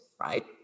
right